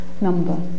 number